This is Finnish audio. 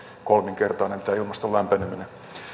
kolminkertainen tämä ilmaston lämpeneminen